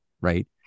Right